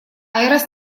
айрес